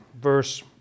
verse